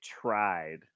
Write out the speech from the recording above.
tried